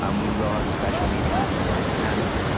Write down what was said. um we will have a special meeting on february ten.